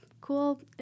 cool